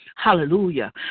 Hallelujah